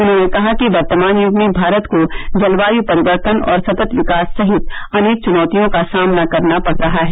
उन्होंने कहा कि वर्तमान युग में भारत को जलवायु परिवर्तन और सतत विकास सहित अनेक चुनौतियों का सामना करना पड़ रहा है